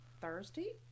Thursday